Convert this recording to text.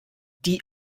die